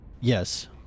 Yes